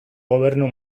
gobernu